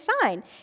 sign